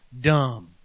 dumb